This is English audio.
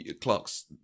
Clark's